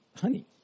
honey